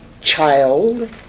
child